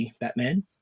Batman